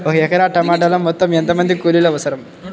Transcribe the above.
ఒక ఎకరా టమాటలో మొత్తం ఎంత మంది కూలీలు అవసరం?